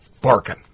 barking